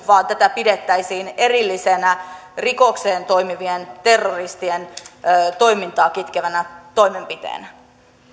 vaan tätä pidettäisiin erillisenä rikollisesti toimivien terroristien toimintaa kitkevänä toimenpiteenä